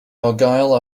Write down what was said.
argyle